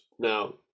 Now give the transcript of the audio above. Now